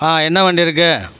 என்ன வண்டி இருக்குது